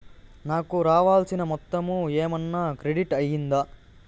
నాకు రావాల్సిన మొత్తము ఏమన్నా క్రెడిట్ అయ్యిందా